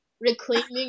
reclaiming